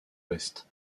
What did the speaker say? ouest